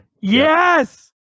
yes